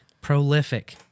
Prolific